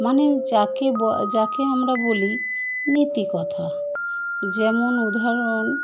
মানে যাকে ব যাকে আমরা বলি নীতিকথা যেমন উদাহরণ